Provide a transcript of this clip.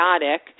chaotic